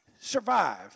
survive